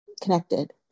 connected